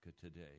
today